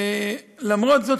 ולמרות זאת,